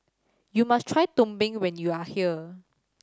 you must try Tumpeng when you are here